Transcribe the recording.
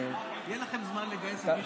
יהיה לכם זמן לגייס את מי שאתם רוצים.